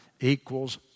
equals